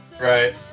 Right